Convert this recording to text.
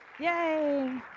Yay